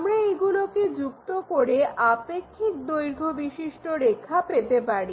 আমরা এগুলোকে যুক্ত করে আপেক্ষিক দৈর্ঘ্য বিশিষ্ট রেখা পেতে পারি